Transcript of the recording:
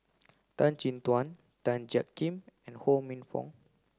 Tan Chin Tuan Tan Jiak Kim and Ho Minfong